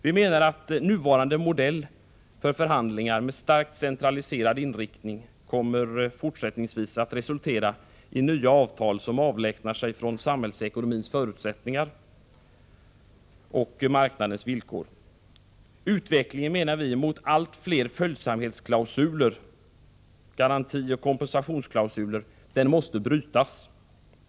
Vi menar att den nuvarande modellen för förhandlingar, med starkt centraliserad inriktning, fortsättningsvis kommer att resultera i nya avtal som avlägsnar sig från samhällsekonomins förutsättningar och marknadens villkor. Utvecklingen mot allt fler följsamhetsklausuler, garantioch kompensationsklausuler, måste brytas.